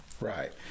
Right